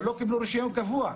אבל הם לא קיבלו רישיון קבוע.